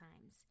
times